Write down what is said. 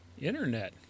internet